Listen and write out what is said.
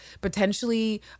potentially